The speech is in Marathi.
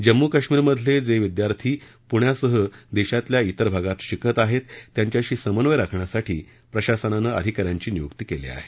जम्मू काश्मीरमधले जे विद्यार्थी पुण्यासह देशाच्या इतर भागात शिकत आहेत त्यांच्याशी समन्वय राखण्यासाठी प्रशासनानं अधिका यांची नियुक्ती केली आहे